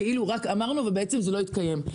כאילו רק אמרנו וזה לא התקיים.